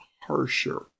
harsher